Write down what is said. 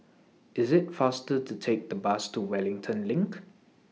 IS IT faster to Take The Bus to Wellington LINK